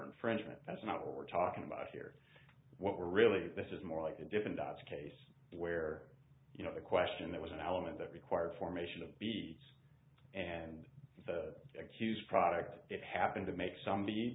infringement that's not what we're talking about here what we're really this is more like a different data case where you know the question that was an element that required formation of b and the accused product it happened to make some